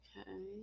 Okay